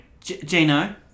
Gino